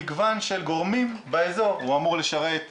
ראש מועצת אבו-סנין, ראש מועצת ג'וליס, ראש מועצת